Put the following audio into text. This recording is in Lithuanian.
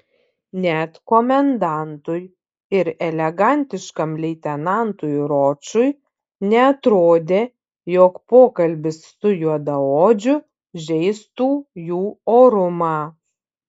net komendantui ir elegantiškam leitenantui ročui neatrodė jog pokalbis su juodaodžiu žeistų jų orumą